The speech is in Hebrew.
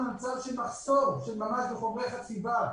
למנוע מחסור של ממש בחומרי חציבה,